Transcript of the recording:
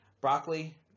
broccoli